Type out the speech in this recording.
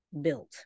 built